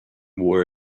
war